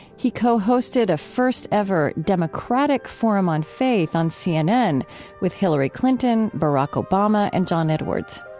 he co-hosted a first-ever democratic forum on faith on cnn with hillary clinton, barack obama, and john edwards.